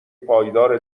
پایدار